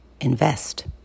invest